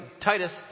Titus